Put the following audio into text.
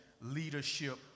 leadership